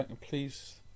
please